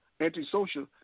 antisocial